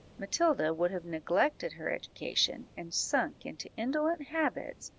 matilda would have neglected her education, and sunk into indolent habits,